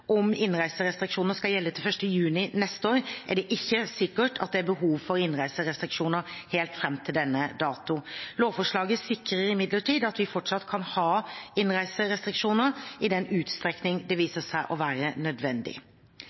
om innreiserestriksjoner skal gjelde til 1. juni neste år, er det ikke sikkert at det er behov for innreiserestriksjoner helt fram til denne dato. Lovforslaget sikrer imidlertid at vi fortsatt kan ha innreiserestriksjoner i den utstrekning det viser seg å være nødvendig.